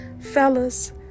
Fellas